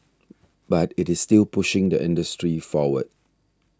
but it is still pushing the industry forward